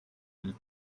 will